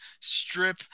strip